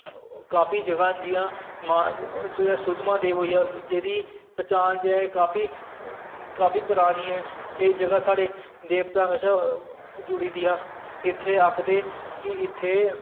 काफी जगहां न जियां जियां सुद्धमहादेव होइया जेह्दी पहचान जेह्ड़ी काफी परानी ऐ ओह् जगहा साढ़े देवतें कशा जुड़ी दियां इत्थें आक्खदे कि इत्थें